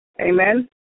Amen